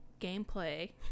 gameplay